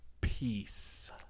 peace